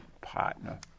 partner